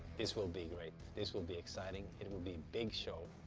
this will be great. this will be exciting, it it will be big show,